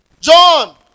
John